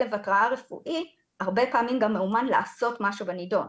כלב התרעה רפואי הרבה פעמים גם מאומן לעשות משהו בנידון,